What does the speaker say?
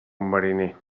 mariner